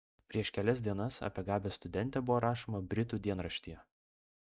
prieš kelias dienas apie gabią studentę buvo rašoma britų dienraštyje